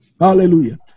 Hallelujah